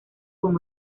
con